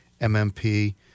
MMP